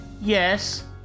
Yes